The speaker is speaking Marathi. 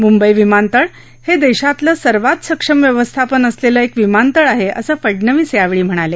मुंबई विमानतळ हे देशातलं सर्वात सक्षम व्यवस्थापन असलेलं एक विमानतळ आहे असं फडनवीस यांनी यावेळी सांगितलं